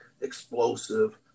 explosive